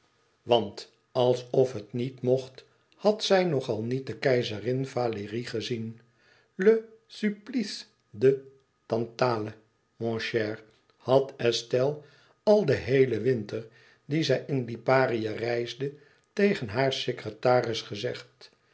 want alsof het niet mocht had zij nog al niet de keizerin valérie gezien le supplice de tantale mon cher had estelle al den heelen winter dien zij in liparië reisde tegen haar secretaris gezegd